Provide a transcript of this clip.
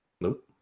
Nope